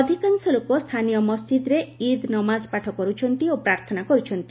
ଅଧିକାଂଶ ଲୋକ ସ୍ଥାନୀୟ ମସ୍ଜିଦ୍ରେ ଇଦ୍ ନମାଜ ପାଠ କରୁଛନ୍ତି ଓ ପ୍ରାର୍ଥନା କରୁଛନ୍ତି